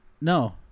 No